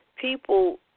People